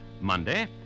Monday